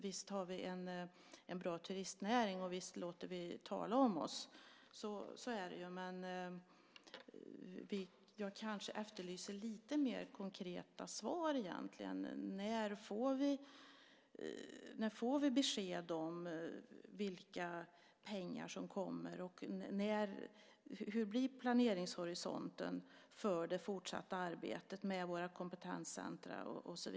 Visst har vi en bra turistnäring, och visst låter vi tala om oss. Så är det ju. Men jag kanske efterlyser lite mer konkreta svar egentligen. När får vi besked om vilka pengar som kommer, och hur ser planeringshorisonten ut för det fortsatta arbetet med våra kompetenscentrum?